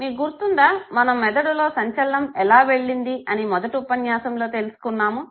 మీకు గుర్తుందా మనము మెదడులో సంచలనం ఎలా వెళ్ళింది అని మొదటి ఉపన్యాసంలో తెలుకున్నాము